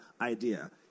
idea